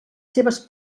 seves